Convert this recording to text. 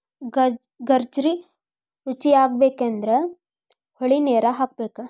ಗಜ್ರಿ ರುಚಿಯಾಗಬೇಕಂದ್ರ ಹೊಳಿನೇರ ಹಾಸಬೇಕ